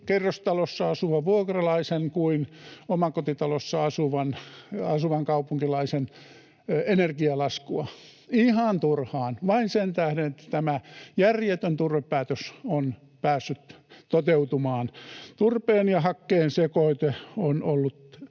kerrostalossa asuvan vuokralaisen kuin omakotitalossa asuvan kaupunkilaisen energialaskua. Ihan turhaan, vain sen tähden, että tämä järjetön turvepäätös on päässyt toteutumaan. Turpeen ja hakkeen sekoite on ollut